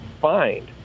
find